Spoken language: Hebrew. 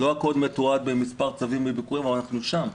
לא הכול מתועד במספר צווים אבל אנחנו שם,